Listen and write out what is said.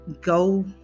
go